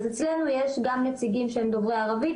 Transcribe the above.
אצלנו יש גם נציגים שהם דוברי ערבית,